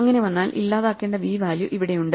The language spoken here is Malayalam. അങ്ങിനെ വന്നാൽ ഇല്ലാതാക്കേണ്ട v വാല്യൂ ഇവിടെയുണ്ട്